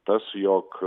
tas jog